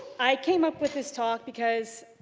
i came up with this talk because